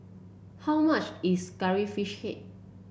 how much is Curry Fish Head